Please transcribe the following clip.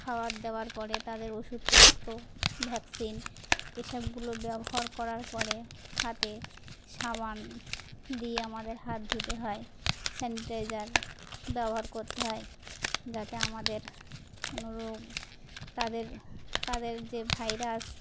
খাওয়ার দেওয়ার পরে তাদের ওষুধপত্র ভ্যাকসিন এসবগুলো ব্যবহার করার পরে হাতে সাবান দিয়ে আমাদের হাত ধুতে হয় স্যানিটাইজার ব্যবহার করতে হয় যাতে আমাদের কোনো রোগ তাদের তাদের যে ভাইরাস